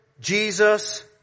Jesus